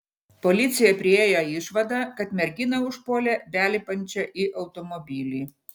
policija priėjo išvadą kad merginą užpuolė belipančią į automobilį